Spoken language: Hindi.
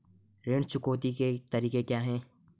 ऋण चुकौती के तरीके क्या हैं?